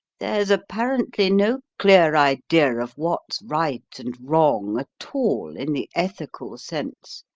there's apparently no clear idea of what's right and wrong at all, in the ethical sense,